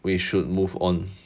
we should move on